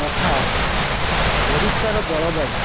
ଯଥା ଓଡ଼ିଶାର ଜଳବାୟୁ